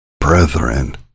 brethren